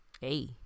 Hey